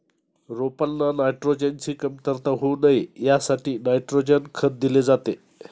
रोपांना नायट्रोजनची कमतरता होऊ नये यासाठी नायट्रोजन खत दिले जाते